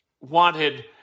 wanted